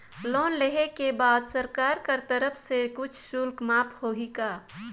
Loan लेहे के बाद सरकार कर तरफ से कुछ शुल्क माफ होही का?